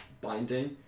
binding